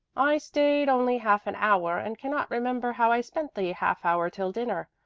i stayed only half an hour and cannot remember how i spent the half hour till dinner,